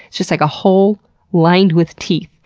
just like a hole lined with teeth.